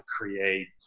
create –